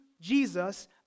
Jesus